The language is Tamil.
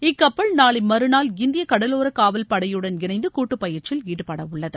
இக்கப்பல் நாளை மறுநாள் இந்திய கடலோர காவல் படையுடன் இணைந்து கூட்டுப் பயிற்சியில் ஈடுபட உள்ளது